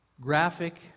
graphic